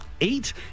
Eight